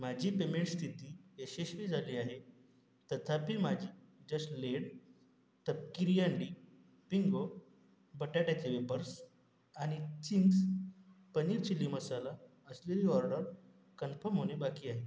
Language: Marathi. माझी पेमेंट स्थिती यशस्वी झाली आहे तथापि माझी जस्ट लेड तपकिरी अंडी बिंगो बटाट्याचे वेफर्स आणि चिंग्स पनीर चिली मसाला असलेली ऑर्डर कन्फर्म होणे बाकी आहे